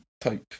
type